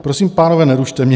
Prosím, pánové, nerušte mě.